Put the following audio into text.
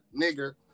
nigger